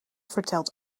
verteld